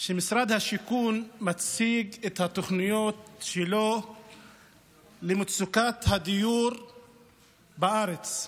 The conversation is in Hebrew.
שבו משרד השיכון הציג את התוכניות שלו למצוקת הדיור בארץ.